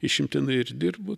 išimtinai ir dirbu